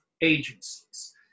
agencies